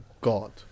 god